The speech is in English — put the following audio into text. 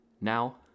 Now